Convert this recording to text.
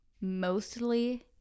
mostly